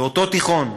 אותו תיכון,